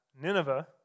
Nineveh